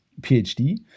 PhD